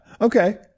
Okay